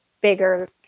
bigger